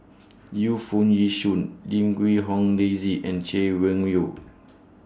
Yu Foo Yee Shoon Lim Quee Hong Daisy and Chay Weng Yew